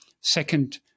second